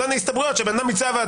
בינתיים את כל הרכוש שאני מייצר,